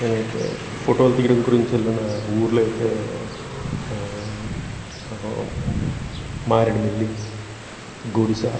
నేనైతే ఫోటోలు తీయడం గురించి వెళ్ళిన ఊర్లు అయితే మారెడుమిల్లి గుడిస